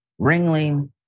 Ringling